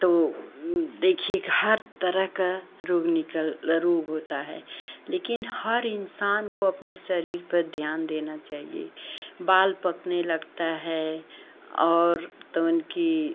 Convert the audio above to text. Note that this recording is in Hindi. तो देखिए हर तरह का रोग निकल ज़रूर होता है लेकिन हर इन्सान को अपने शरीर पर ध्यान देना चाहिए बाल पकने लगता है और तो उनकी